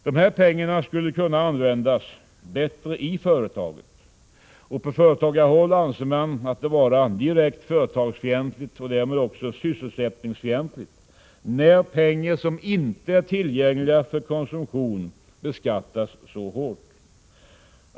Dessa pengar skulle kunna användas bättre i företaget. På företagarhåll anser man det vara direkt företagsfientligt och därmed också sysselsättningsfientligt när pengar som inte är tillgängliga för konsumtion beskattas så hårt.